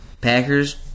Packers